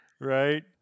Right